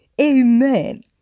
Amen